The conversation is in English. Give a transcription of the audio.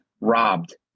robbed